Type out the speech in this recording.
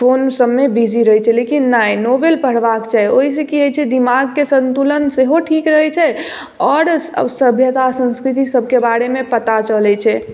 फोनसभमे busy रहै छै लेकिन नहि नॉवल पढ़बाक चाही ओहिसॅं की होइ छै दिमागके संतुलन सेहो ठीक रहै छै आओर सभ्यता संस्कृतिसभ के बारेमे पता चलै छै